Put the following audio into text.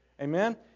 Amen